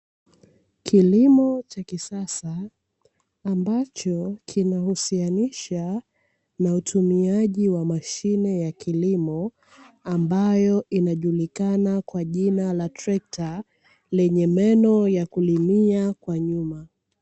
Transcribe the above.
Kilimocha kisasa ambacho kinahusianisha na utumiaji wa mashine ya kilimo, ambayo inajulikana kwa jina la trekta lenye meno ya kulimia kwa nyuma.